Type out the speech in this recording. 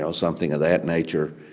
so something of that nature,